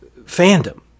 fandom